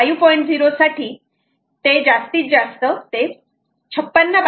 0 साठी जास्तीत जास्त ते 56 बाईट्स पर्यंत घेऊ शकतात